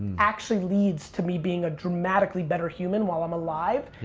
actually leads to me being a dramatically better human while i'm alive.